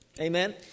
Amen